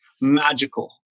magical